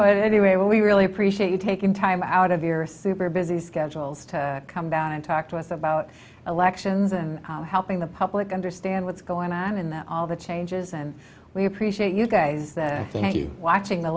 but anyway what we really appreciate you taking time out of your super busy schedules to come down and talk to us about elections and helping the public understand what's going on in that all the changes and we appreciate you guys thank you watching the